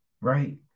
right